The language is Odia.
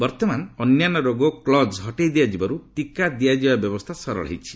ବର୍ତ୍ତମାନ ଅନ୍ୟାନ୍ୟ ରୋଗ କ୍ଲକ୍ ହଟେଇ ଦିଆଯିବାରୁ ଟିକା ଦିଆଯିବା ବ୍ୟବସ୍କା ସରଳ ହୋଇଛି